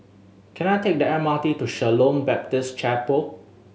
can I take the M R T to Shalom Baptist Chapel